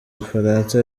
bufaransa